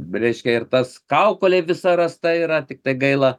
reiškia ir tas kaukolė visa rasta yra tiktai gaila